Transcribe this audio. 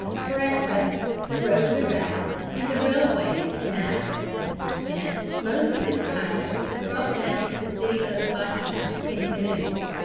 for at present the roads are bad and the railways inadequate hence most of the cacao is brought down to the city of bahia in canoes.